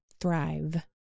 thrive